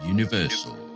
Universal